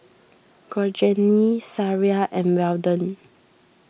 Georgene Sariah and Weldon